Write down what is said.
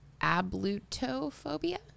ablutophobia